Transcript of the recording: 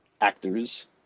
actors